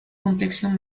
complexión